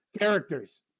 characters